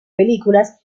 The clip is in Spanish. películas